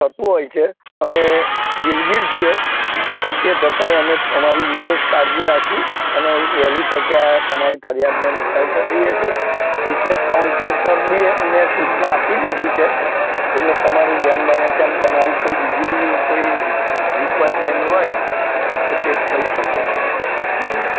થતું હોય છે અમે દિલગીર છીએ પણ તે છતાંય અમે તમારી વિશેષ કાળજી રાખી અને વહેલી તકે આ તમારી ફરિયાદના નિકાલ કરી દઈએ છે રિસેપ્ટ કાઉન્ટર પર બી મેં સૂચના આપી દીધી છે એટલે તમારે જેમ બને તેમ તમારી કોઈ બીજી બી કોઈ રિકવાયડમેન્ટ હોય તો તે કહી શકો છો મને